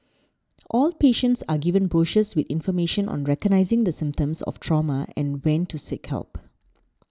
all patients are given brochures with information on recognising the symptoms of trauma and when to seek help